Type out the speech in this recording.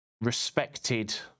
respected